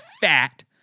fat